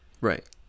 Right